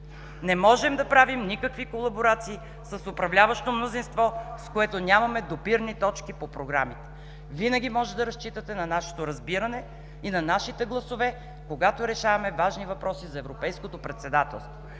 не можем да правим никакви колаборации с управляващото мнозинство, с което нямаме допирни точки по програмите. Винаги можете да разчитате на нашето разбиране и на нашите гласове, когато решаваме важни въпроси за европейското председателство.